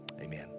amen